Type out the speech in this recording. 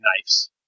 knives